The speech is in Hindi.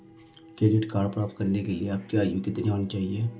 क्रेडिट कार्ड प्राप्त करने के लिए आपकी आयु कितनी होनी चाहिए?